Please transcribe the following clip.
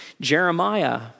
Jeremiah